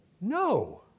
No